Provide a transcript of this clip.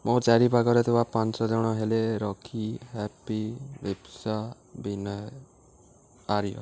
ମୋ ଚାରିପଖରେ ଥିବା ପାଞ୍ଚ ଜଣ ହେଲେ ରକି ହାପି ରିପସା ବିନୟ ଆରିୟ